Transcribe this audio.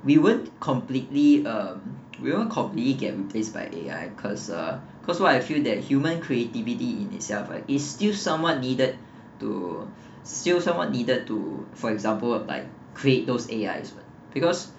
we weren't completely um we won't completely get replaced by A_I cause uh cause what I feel that human creativity in itself right is still somewhat needed to still somewhat needed to for example like create those A_Is what because